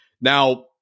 Now